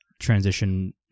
transition